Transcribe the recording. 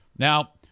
Now